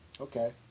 Okay